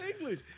English